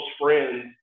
friends